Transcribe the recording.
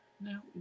now